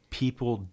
people